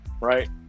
right